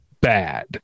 bad